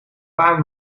paar